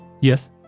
Yes